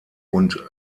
und